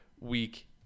week